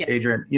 ah adrienne. yeah